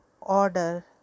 order